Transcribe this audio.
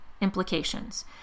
implications